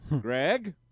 Greg